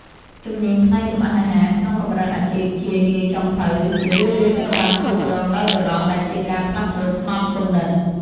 ជំនាញផ្នែកចម្អិនអាហារក្នុងកម្រិតអាជីពជានាយចុងភៅជារឿយៗត្រូវបានគ្រប់គ្រងដោយបុរសដែលជាការផ្លាស់ប្តូរផ្នត់គំនិត។